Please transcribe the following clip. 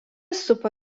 supa